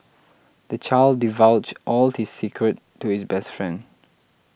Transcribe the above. the child divulged all his secrets to his best friend